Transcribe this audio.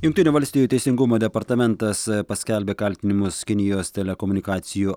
jungtinių valstijų teisingumo departamentas paskelbė kaltinimus kinijos telekomunikacijų